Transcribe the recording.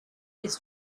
his